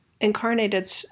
incarnated